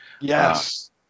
Yes